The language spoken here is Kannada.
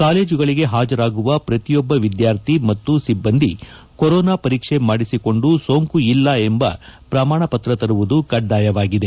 ಕಾಲೇಜುಗಳಿಗೆ ಹಾಜರಾಗುವ ಪ್ರತಿಯೊಬ್ಬ ವಿದ್ಯಾರ್ಥಿ ಮತ್ತು ಸಿಬ್ಬಂದಿ ಕೊರೋನಾ ಪರೀಕ್ಷೆ ಮಾಡಿಸಿಕೊಂಡು ಸೋಂಕು ಇಲ್ಲ ಎಂಬ ಪ್ರಮಾಣ ಪತ್ರ ತರುವುದು ಕಡ್ಡಾಯವಾಗಿದೆ